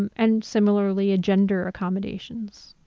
and similarly, gender accommodations.